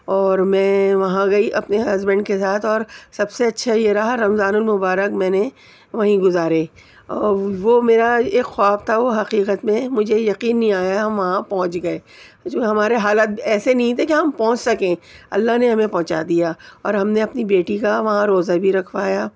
اور میں وہاں گئی اپنے ہسبینڈ کے ساتھ اور سب سے اچھا یہ رہا رمضان المبارک میں نے وہیں گزارے اور وہ میرا ایک خواب تھا وہ حقیقت میں مجھے یقین نہیں آیا ہم وہاں پہنچ گیے جو ہمارے حالات ایسے نہیں تھے کہ ہم پہنچ سکیں اللہ نے ہمیں پہنچا دیا اور ہم نے اپنی بیٹی کا وہاں روزہ بھی رکھوایا